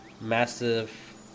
massive